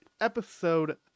Episode